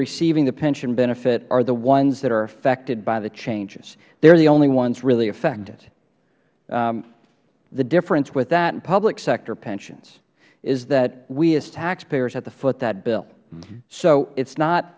receiving the pension benefit are the ones that are affected by the changes they are the only ones really affected the difference with that and public sector pensions is that we as taxpayers have to foot that bill so it is not